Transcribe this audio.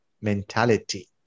mentality